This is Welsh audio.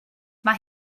mae